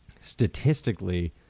statistically